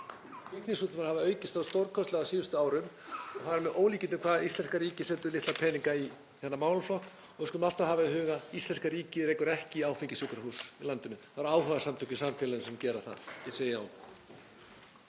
það í huga að íslenska ríkið rekur ekki áfengissjúkrahús í landinu. Það eru áhugasamtök í samfélaginu sem gera það. Ég segi já.